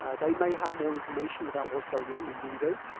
ah they may have more information about what's going on than we do,